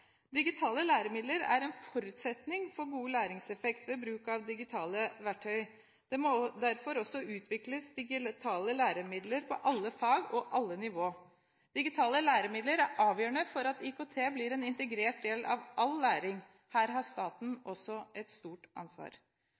forutsetning for god læringseffekt ved bruk av digitale verktøy. Det må derfor også utvikles digitale læremidler for alle fag på alle nivå. Digitale læremidler er avgjørende for at IKT blir en integrert del av all læring. Her har staten et stort ansvar.